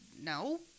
no